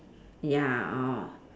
ya uh